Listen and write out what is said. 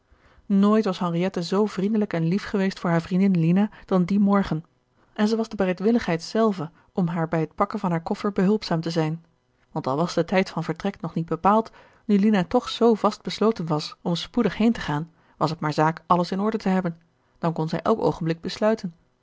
nooit was henriette zoo vriendelijk en lief geweest voor hare vriendin lina dan dien morgen en zij was de bereidwilligheid zelve om haar bij het pakken van haar koffer behulpzaam te zijn want al was de tijd van vertrek nog niet bepaald nu lina toch zoo vast besloten was om spoedig heen te gaan was het maar zaak alles in orde te hebben dan kon zij elk oogenblik besluiten